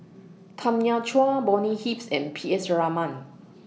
Tanya Chua Bonny Hicks and P S Raman